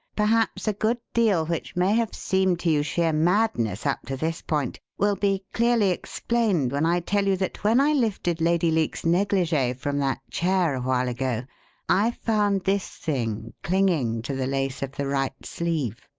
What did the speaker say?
perhaps a good deal which may have seemed to you sheer madness up to this point will be clearly explained when i tell you that when i lifted lady leake's negligee from that chair a while ago i found this thing clinging to the lace of the right sleeve.